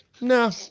No